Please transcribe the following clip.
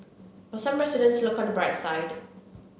but some residents look on the bright side